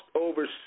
over